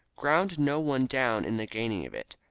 ground no one down in the gaining of it.